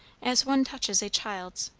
as one touches a child's,